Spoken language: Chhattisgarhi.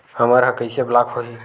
हमर ह कइसे ब्लॉक होही?